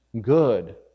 good